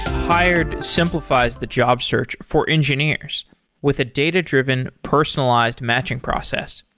hired simplifies the job search for engineers with a data-driven, personalized matching process.